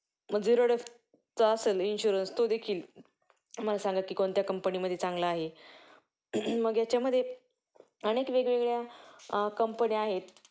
मग झिरोडेफचा असेल इन्शुरन्स तो देखील मला सांगा की कोणत्या कंपनीमध्ये चांगला आहे मग याच्यामध्ये अनेक वेगवेगळ्या कंपन्या आहेत